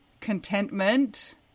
contentment